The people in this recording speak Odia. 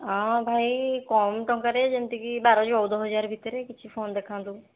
ଭାଇ କମ୍ ଟଙ୍କାରେ ଯେମତିକି ବାର ଚଉଦ ହଜାର ଭିତରେ କିଛି ଫୋନ୍ ଦେଖାନ୍ତୁ